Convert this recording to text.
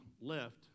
left